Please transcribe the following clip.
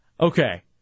Okay